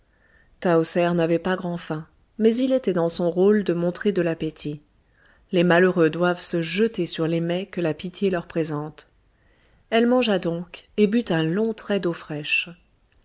tahoser n'avait pas grand'faim mais il était dans son rôle de montrer de l'appétit les malheureux doivent se jeter sur les mets que la pitié leur présente elle mangea donc et but un long trait d'eau fraîche